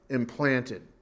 implanted